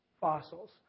fossils